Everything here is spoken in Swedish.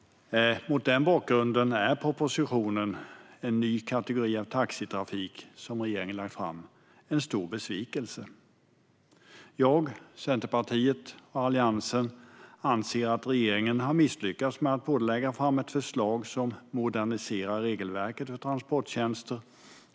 Mot den bakgrunden är propositionen En ny kategori av taxitrafik , som regeringen har lagt fram, en stor besvikelse. Jag, Centerpartiet och Alliansen anser att regeringen har misslyckats med att lägga fram ett förslag som moderniserar regelverket för transporttjänster.